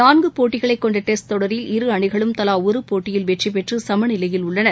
நான்கு போட்டிகளைக் கொண்ட டெஸ்ட் தொடரில் இரு அணிகளும் தலா ஒரு போட்டியில் வெற்றிபெற்று சம நிலையில் உள்ளன